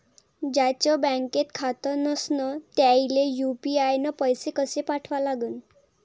ज्याचं बँकेत खातं नसणं त्याईले यू.पी.आय न पैसे कसे पाठवा लागन?